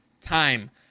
time